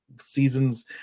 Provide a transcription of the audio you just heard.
seasons